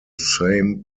same